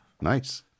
Nice